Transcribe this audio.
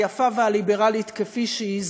היפה והליברלית כפי שהיא,